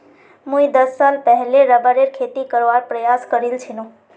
मुई दस साल पहले रबरेर खेती करवार प्रयास करील छिनु